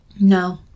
No